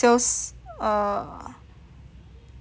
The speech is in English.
err